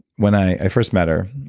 when i first met her,